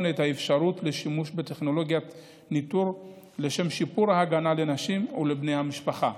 את האפשרות לשימוש בטכנולוגיית ניטור לשם שיפור ההגנה לנשים ולבני משפחה